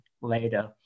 later